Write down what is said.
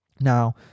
Now